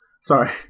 Sorry